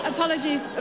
Apologies